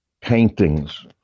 Paintings